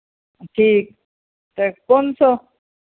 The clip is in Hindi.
ठीक तो कौन सब